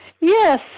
Yes